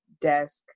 desk